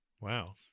Wow